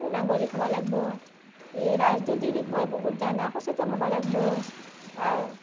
সু নাগৰিক হ'বা লাগব' ৰাজনীতিৰ বিষয়ে বহুত জানা সচেতন হ'বা লাগব' তাৰ